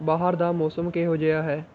ਬਾਹਰ ਦਾ ਮੌਸਮ ਕਿਹੋ ਜਿਹਾ ਹੈ